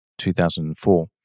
2004